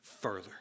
further